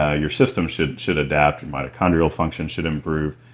ah your systems should should adapt mitochondrial function should improve.